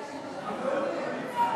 נתקבלו.